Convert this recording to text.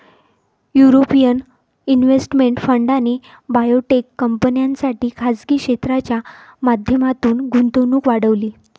European investment फंडाने biotech कंपन्यांसाठी खासगी क्षेत्राच्या माध्यमातून गुंतवणूक वाढवली